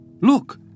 Look